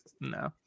No